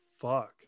fuck